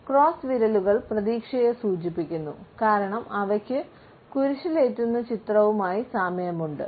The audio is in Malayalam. ക്രോസ്ഡ് വിരലുകൾ പ്രതീക്ഷയെ സൂചിപ്പിക്കുന്നു കാരണം അവയ്ക്കു കുരിശിലേറ്റുന്ന ചിത്രവുമായി സാമ്യമുണ്ട്